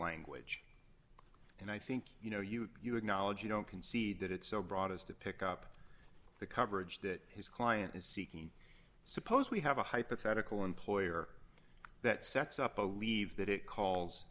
language and i think you know you you acknowledge you know concede that it's so broad as to pick up the coverage that his client is seeking suppose we have a hypothetical employer that sets up a relieve that it calls